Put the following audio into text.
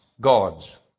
gods